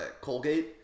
Colgate